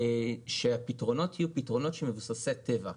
שהפתרונות יהיו מבוססי טבע.